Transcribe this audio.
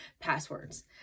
passwords